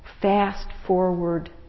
fast-forward